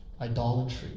idolatry